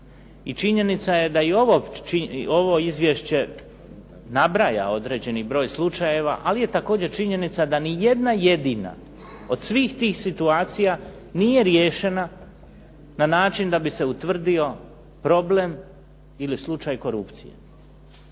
činjenica je da i ovo izvješće nabraja određeni broj slučajeva, ali je također činjenica da ni jedna jedina od svih tih situacija nije riješena na način da bi se utvrdio problem ili slučaj korupcije.